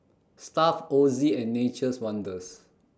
Stuff'd Ozi and Nature's Wonders